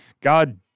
God